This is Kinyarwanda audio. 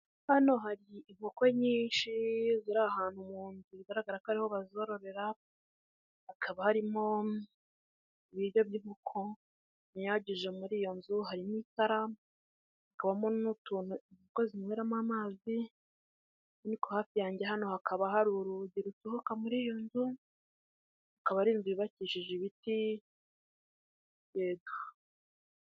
Hano hari inkoko nyinshi ziri ahantu umuntu bigaragara ko ariho bazororera hakaba harimo ibiryo by'inkoko binyanyagije muri iyo nzu harimo ikaramu hakabamo n'utuntu inkoko zinywemo amazi ariko hafi yange hano hakaba hari urugi rusohoka muri iyo nzu akaba ari inzu yubakishije ibiti yego.